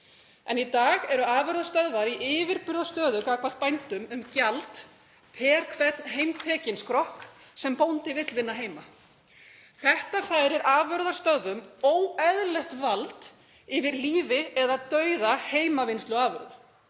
Í dag eru afurðastöðvar í yfirburðastöðu gagnvart bændum um gjald á hvern heimtekinn skrokk sem bóndi vill vinna heima. Þetta færir afurðarstöðvum óeðlilegt vald yfir lífi eða dauða heimavinnsluafurða.